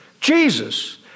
Jesus